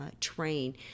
train